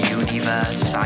universe